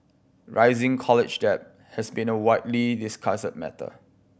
rising college debt has been a widely discussed matter